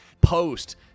post